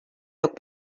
yok